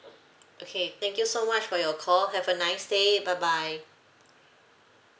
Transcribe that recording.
okay thank you so much for your call have a nice day bye bye